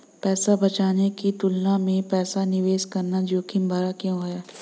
पैसा बचाने की तुलना में पैसा निवेश करना जोखिम भरा क्यों है?